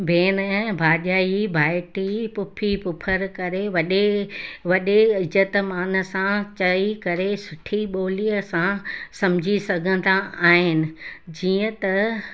भेण भाॼाई भाइटी पुफी पुफर करे वॾे वॾे इज़त मान सां चई करे सुठी ॿोलीअ सां समुझी सघंदा आहिनि जीअं त